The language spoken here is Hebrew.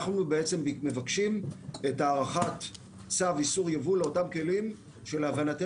אנחנו בעצם מבקשים את הארכת צו איסור ייבוא לאותם כלים שלהבנתנו,